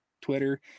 Twitter